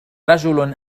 رجل